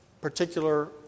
particular